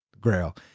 grail